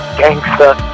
gangster